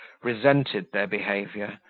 resented their behaviour,